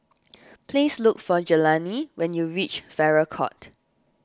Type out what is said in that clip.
please look for Jelani when you reach Farrer Court